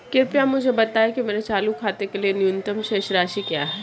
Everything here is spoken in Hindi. कृपया मुझे बताएं कि मेरे चालू खाते के लिए न्यूनतम शेष राशि क्या है